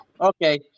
Okay